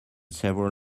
several